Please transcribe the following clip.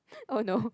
oh no